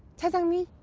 cha sang-mi,